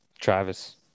Travis